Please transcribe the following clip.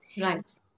Right